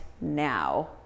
now